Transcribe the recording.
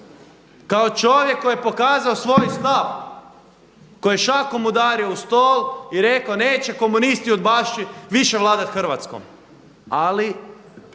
kao čovjek koji je pokazao svoj stav, koji je šakom udario u stol i rekao neće komunisti udbaši više vladat Hrvatskom. Ali